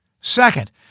Second